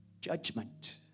judgment